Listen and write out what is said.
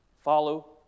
Follow